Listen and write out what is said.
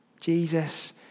Jesus